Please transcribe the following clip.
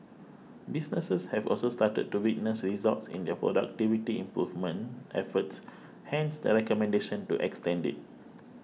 businesses have also started to witness results in their productivity improvement efforts hence the recommendation to extend it